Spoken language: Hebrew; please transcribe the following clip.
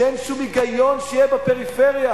שאין שום היגיון שתהיה בה פריפריה.